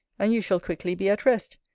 and you shall quickly be at rest,